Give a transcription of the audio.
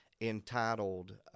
entitled